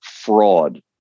fraud